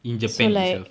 in japan itself